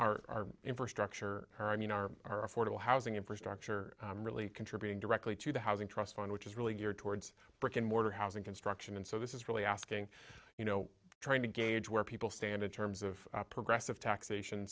our our infrastructure or affordable housing infrastructure really contributing directly to the housing trust fund which is really geared towards brick and mortar housing construction and so this is really asking you know trying to gauge where people stand in terms of progressive taxation